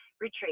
retreat